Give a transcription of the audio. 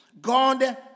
God